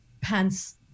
pants